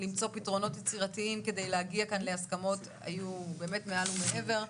למצוא פתרונות יצירתיים כדי להגיע כאן להסכמות היו באמת מעל ומעבר.